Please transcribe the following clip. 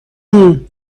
جون